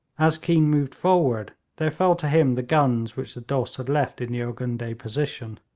as keane moved forward, there fell to him the guns which the dost had left in the urgundeh position.